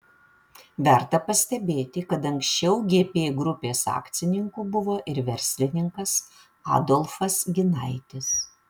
verta pastebėti kad anksčiau gp grupės akcininku buvo ir verslininkas adolfas ginaitis